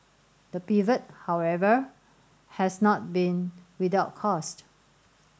the pivot however has not been without cost